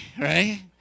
right